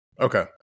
Okay